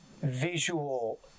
visual